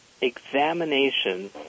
examination